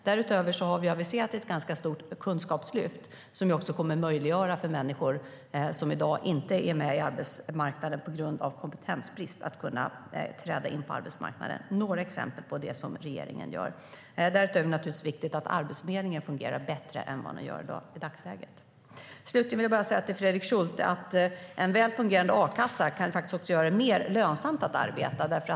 Därutöver har vi aviserat ett ganska stort kunskapslyft, som också kommer att möjliggöra för människor som i dag inte är med på arbetsmarknaden på grund av kompetensbrist att träda in på arbetsmarknaden. Det är några exempel på det som regeringen gör. Därutöver är det naturligtvis viktigt att Arbetsförmedlingen fungerar bättre än den gör i dagsläget. Slutligen vill jag säga till Fredrik Schulte att en väl fungerande a-kassa faktiskt kan göra det mer lönsamt att arbeta.